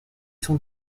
sont